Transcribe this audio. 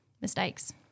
mistakes